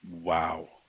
Wow